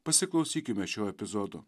pasiklausykime šio epizodo